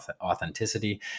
authenticity